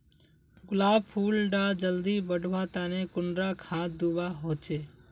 गुलाब फुल डा जल्दी बढ़वा तने कुंडा खाद दूवा होछै?